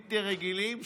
בלתי רגילים,